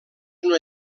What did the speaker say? una